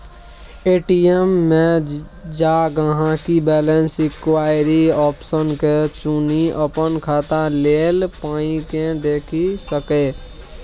ATM मे जा गांहिकी बैलैंस इंक्वायरी आप्शन के चुनि अपन खाता केल पाइकेँ देखि सकैए